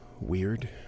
Weird